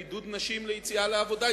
בעידוד נשים ליציאה לעבודה.